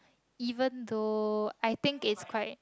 even though I think is quite